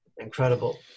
incredible